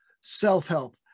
self-help